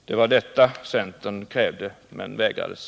Det var detta centern krävde men vägrades.